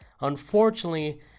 unfortunately